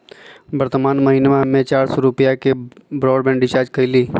वर्तमान महीना में हम्मे चार सौ रुपया के ब्राडबैंड रीचार्ज कईली